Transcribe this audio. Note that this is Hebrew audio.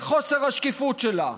בחוסר השקיפות שלה,